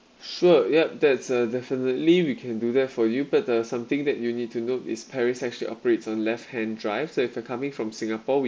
sure yup that's a definitely we can do that for you but uh something that you need to know is paris actually operates on left hand drive so if you're coming from singapore we